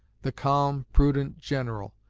the calm, prudent general,